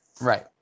right